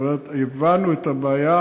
זאת אומרת, הבנו את הבעיה,